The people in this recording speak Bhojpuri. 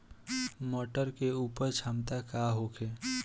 मटर के उपज क्षमता का होखे?